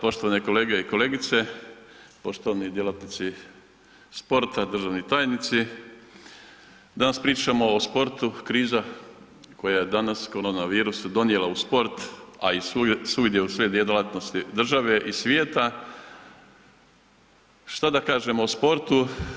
Poštovane kolege i kolegice, poštovani djelatnici sporta, državni tajnici, danas pričamo o sportu, kriza koja je danas korona virus donijela u sport, a i svugdje u sve djelatnosti države i svijeta, šta da kažem o sportu.